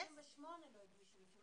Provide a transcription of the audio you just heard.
זאת אומרת, 68 לא הגישו בקשה, לפי מה שכתבת.